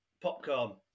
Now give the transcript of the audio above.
Popcorn